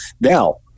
now